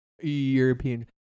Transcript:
European